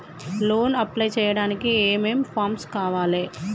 Loan apply చేయడానికి ఏం ఏం ఫామ్స్ కావాలే?